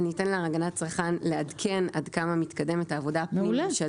אני אתן לרשות להגנת הצרכן לעדכן עד כמה מתקדמת העבודה הפנים-ממשלתית.